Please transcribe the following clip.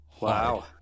Wow